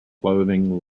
clothing